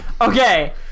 Okay